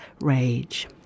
rage